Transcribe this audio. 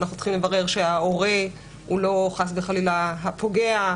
אנחנו צריכים לוודא שההורה הוא לא חס וחלילה הפוגע,